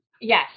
Yes